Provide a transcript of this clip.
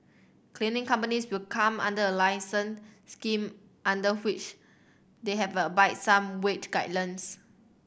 cleaning companies will come under a licensing scheme under which they have abide by some wage guidelines